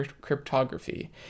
cryptography